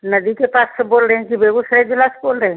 नदी के पास से बोल रहे हैं कि बेगूसराय जिला से बोल रहे हैं